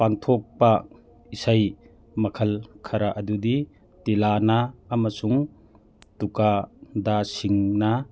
ꯄꯥꯡꯊꯣꯛꯄ ꯏꯁꯩ ꯃꯈꯜ ꯈꯔ ꯑꯗꯨꯗꯤ ꯇꯤꯜꯂꯥꯅꯥ ꯑꯃꯁꯨꯡ ꯇꯨꯀꯥꯗꯥꯁꯤꯡꯅ